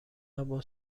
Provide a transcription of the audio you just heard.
اما